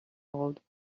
old